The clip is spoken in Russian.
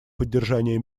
поддержание